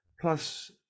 plus